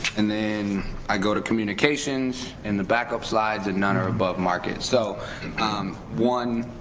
and then i go to communications and the backup slides, and none are above market. so um one,